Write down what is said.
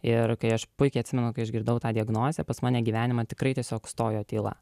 ir kai aš puikiai atsimenu kai išgirdau tą diagnozę pas mane gyvenime tikrai tiesiog stojo tyla